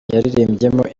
yaririmbyemo